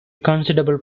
considerable